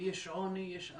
יש עוני, יש אבטלה,